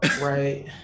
Right